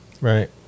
Right